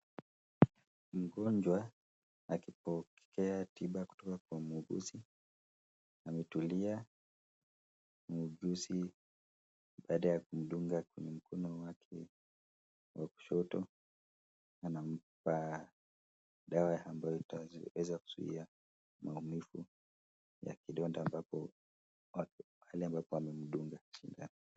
Mgonjwa akipokea tiba kutoka kwa muuguzi, ametulia, muuguzi baada ya kumdunga kwenye mkono wake wa kushoto anampa dawa ambayo itaweza kuzuia maumivu ya kidonda pahali ambapo amemdunga sindano.